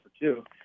two